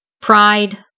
pride